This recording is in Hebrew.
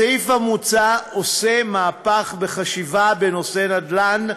הסעיף המוצע עושה מהפך בחשיבה בנושא נדל"ן.